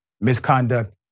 misconduct